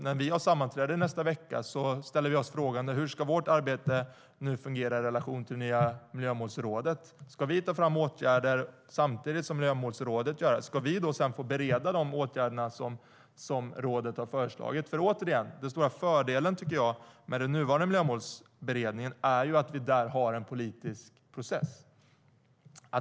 När vi har sammanträde i nästa vecka är det klart att vi ställer oss frågande till hur vårt arbete ska fungera i relation till det nya Miljömålsrådet. Ska vi ta fram åtgärder samtidigt som Miljömålsrådet gör det? Ska vi då sedan bereda de åtgärder rådet har föreslagit? Återigen: Den stora fördelen med den nuvarande Miljömålsberedningen tycker jag är att vi där har en politisk process.